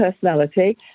personality